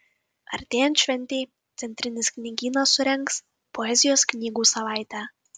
artėjant šventei centrinis knygynas surengs poezijos knygų savaitę